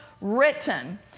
written